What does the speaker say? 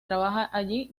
allí